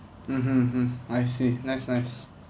mmhmm mmhmm I see nice nice